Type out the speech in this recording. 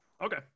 Okay